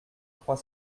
trois